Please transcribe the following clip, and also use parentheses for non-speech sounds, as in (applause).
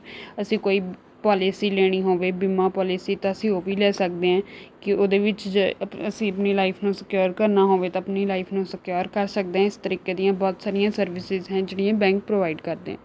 ਅਸੀਂ ਕੋਈ ਪੋਲਿਸੀ ਲੈਣੀ ਹੋਵੇ ਬੀਮਾ ਪੋਲਿਸੀ ਤਾਂ ਅਸੀਂ ਉਹ ਵੀ ਲੈ ਸਕਦੇ ਹਾਂ ਕਿ ਉਹਦੇ ਵਿੱਚ ਜੇ (unintelligible) ਅਸੀਂ ਆਪਣੀ ਲਾਈਫ ਨੂੰ ਸਿਕਿਉਰ ਕਰਨਾ ਹੋਵੇ ਤਾਂ ਆਪਣੀ ਲਾਈਫ ਨੂੰ ਸਿਕਿਉਰ ਕਰ ਸਕਦੇ ਹਾਂ ਇਸ ਤਰੀਕੇ ਦੀਆਂ ਬਹੁਤ ਸਾਰੀਆਂ ਸਰਵਿਸਿਸ ਹੈ ਜਿਹੜੀਆਂ ਬੈਂਕ ਪ੍ਰੋਵਾਈਡ ਕਰਦੇ ਹੈ